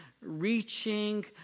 reaching